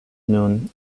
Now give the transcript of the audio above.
nun